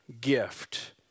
gift